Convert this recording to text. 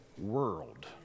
world